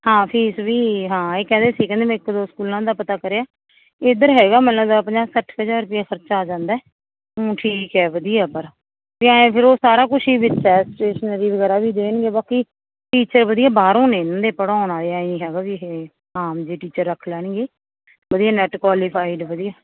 ਹਾਂ ਫੀਸ ਵੀ ਹਾਂ ਇਹ ਕਹਿੰਦੇ ਸੀ ਕਹਿੰਦੇ ਮੈਂ ਇੱਕ ਦੋ ਸਕੂਲਾਂ ਦਾ ਪਤਾ ਕਰਿਆ ਇੱਧਰ ਹੈਗਾ ਮੈਨੂੰ ਲੱਗਦਾ ਪੰਜਾਹ ਸੱਠ ਕੁ ਹਜ਼ਾਰ ਰੁਪਈਆ ਖਰਚਾ ਆ ਜਾਂਦਾ ਊਂ ਠੀਕ ਹੈ ਵਧੀਆ ਪਰ ਵੀ ਐਂ ਫਿਰ ਉਹ ਸਾਰਾ ਕੁਛ ਹੀ ਵਿੱਚ ਹੈ ਸਟੇਸ਼ਨਰੀ ਵਗੈਰਾ ਵੀ ਦੇਣਗੇ ਬਾਕੀ ਟੀਚਰ ਵਧੀਆ ਬਾਹਰੋਂ ਨੇ ਇਹਨਾਂ ਦੇ ਪੜ੍ਹਾਉਣ ਵਾਲੇ ਐਂ ਨਹੀਂ ਹੈਗਾ ਵੀ ਇਹ ਆਮ ਜਿਹੇ ਟੀਚਰ ਰੱਖ ਲੈਣਗੇ ਵਧੀਆ ਨੈੱਟ ਕੁਆਲੀਫਾਈਡ ਵਧੀਆ